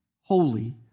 holy